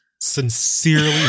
sincerely